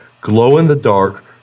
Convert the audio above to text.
glow-in-the-dark